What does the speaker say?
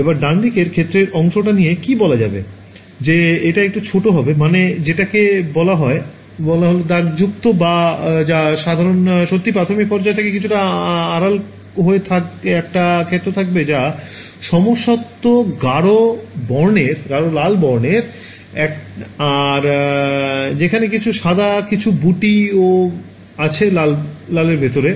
এবার ডানদিকের ক্ষেত্রের অংশটা নিয়ে কি বলা যাবে যে এটা একটু ছোট হবে মানে যেটাকে এখানে বলা হল দাগযুক্ত যা সত্যিই প্রাথমিক পর্যায় থেকে কিছুটা আড়াল হয়ে একটা ক্ষেত্র থাকবে যা সমসত্ত্ব গাঢ় লাল বর্ণের আর যেখানে কিছু জায়গায় সাদা কিছু বুটি ও আছে লালের ভেতরে